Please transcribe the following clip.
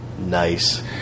nice